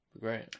Great